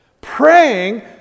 praying